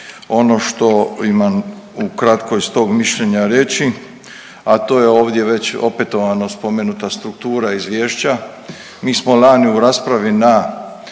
Ono što imam ukratko iz tog mišljenja reći, a to je ovdje već opetovano spomenuta struktura Izvješća. Mi smo lani u raspravi na